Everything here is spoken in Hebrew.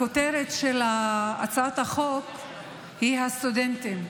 הכותרת של הצעת החוק היא הסטודנטים.